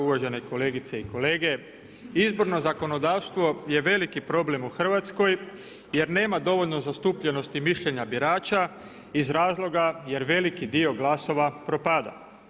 Uvažene kolegice i kolege, izborno zakonodavstvo je veliki problem u Hrvatskoj jer nema dovoljno zastupljenosti, mišljenja birača iz razloga jer veliki dio glasova propada.